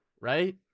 right